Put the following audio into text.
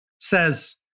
says